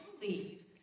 believe